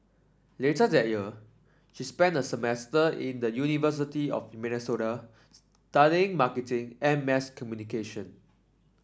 later that year she spent a semester in the University of Minnesota studying marketing and mass communication